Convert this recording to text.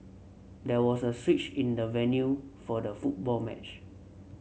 there was a switch in the venue for the football match